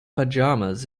pajamas